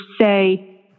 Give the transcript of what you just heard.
say